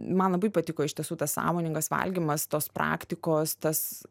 man labai patiko iš tiesų tas sąmoningas valgymas tos praktikos tas